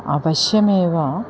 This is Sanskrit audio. अवश्यमेव